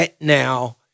now